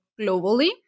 globally